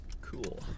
Cool